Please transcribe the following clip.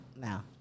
now